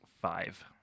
Five